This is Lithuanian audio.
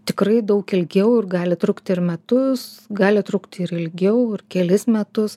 tikrai daug ilgiau ir gali trukti ir metus gali trukti ir ilgiau ir kelis metus